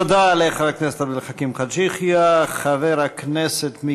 תודה לחבר הכנסת עבד אל חכים חאג' יחיא.